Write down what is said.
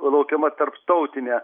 laukiama tarptautinė